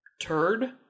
turd